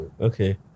Okay